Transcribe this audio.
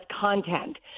content